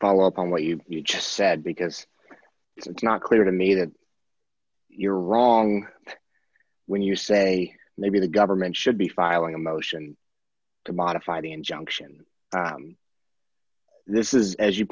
follow up on what you just said because it's not clear to me that you're wrong when you say maybe the government should be filing a motion to modify the injunction this is as you